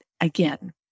again